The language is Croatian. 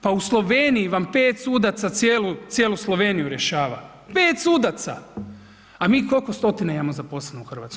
Pa u Sloveniji vam 5 sudaca cijelu Sloveniju rješava, 5 sudaca, a mi koliko stotina imamo zaposlenih u Hrvatskoj.